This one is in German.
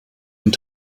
und